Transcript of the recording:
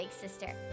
sister